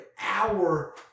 hour